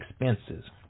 expenses